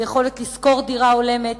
ביכולת לשכור דירה הולמת,